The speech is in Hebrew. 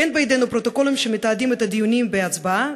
אין בידינו פרוטוקולים שמתעדים את הדיונים בהצבעה,